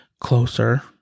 closer